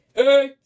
Hey